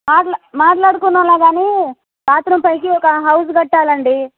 మాట్లాడుకుందాంలే గానీ బాత్రూమ్ పైకి ఒక హౌజ్ కట్టాలండి